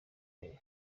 ibintu